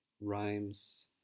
rhymes